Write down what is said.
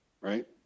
right